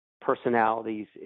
personalities